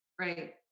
right